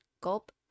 gulp